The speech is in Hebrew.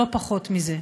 לא פחות מזה.